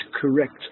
correct